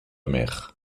mer